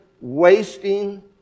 wasting